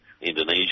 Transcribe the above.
Indonesia